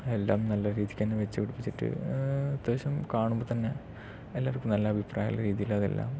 എല്ലാം നല്ല രീതിക്ക് തന്നെ വെച്ച് പിടിപ്പിച്ചിട്ട് അത്യാവശ്യം കാണുമ്പോൾ തന്നെ എല്ലാവർക്കും നല്ല അഭിപ്രായം ഉള്ള രീതിയിൽ അതെല്ലാം